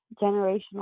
generational